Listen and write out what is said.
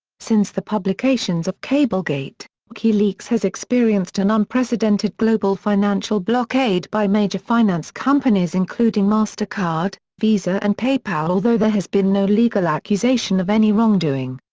since the publications of cablegate, wikileaks has experienced experienced an unprecedented global financial blockade by major finance companies including mastercard, visa and paypal although there has been no legal accusation of any wrongdoing.